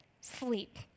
Sleep